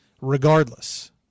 regardless